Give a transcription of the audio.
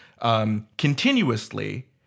Continuously